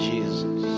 Jesus